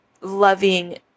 loving